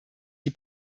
die